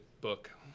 book